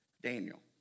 Daniel